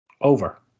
Over